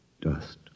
dust